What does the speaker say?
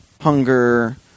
hunger